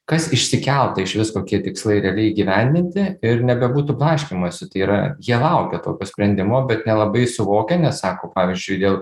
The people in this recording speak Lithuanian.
kas išsikelta išvis kokie tikslai realiai įgyvendinti ir nebebūtų blaškymosi tai yra jie laukia tokio sprendimo bet nelabai suvokia nes sako pavyzdžiui dėl